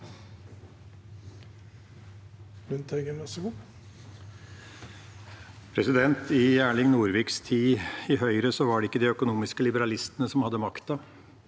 I Erling Nor- viks tid i Høyre var det ikke de økonomiske liberalistene som hadde makta,